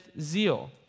zeal